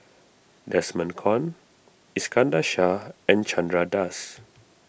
Desmond Kon Iskandar Shah and Chandra Das